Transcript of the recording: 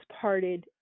parted